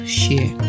share